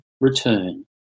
return